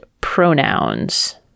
Pronouns